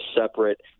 separate